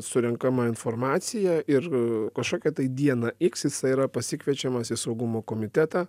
surenkama informacija ir kažkokia tai diena iks jisai yra pasikviečiamas į saugumo komitetą